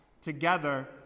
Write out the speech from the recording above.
together